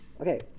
Okay